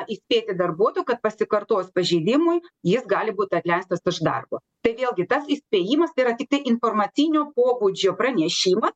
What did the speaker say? įspėti darbuotoją kad pasikartojus pažeidimui jis gali būt atleistas iš darbo tai vėlgi tas įspėjimas tai yra tiktai informacinio pobūdžio pranešima